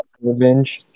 revenge